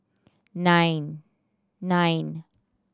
nine nine